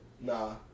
Nah